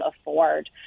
afford